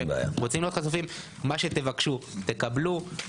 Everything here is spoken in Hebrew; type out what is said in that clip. אנחנו רוצים להיות חשופים, מה שתבקשו תקבלו.